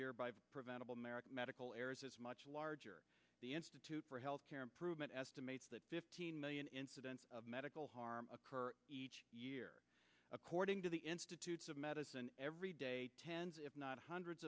year by preventable american medical errors is much larger the institute for health care improvement estimates that fifteen million incidents of medical harm occur each year according to the institutes of medicine every day tens if not hundreds